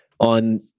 on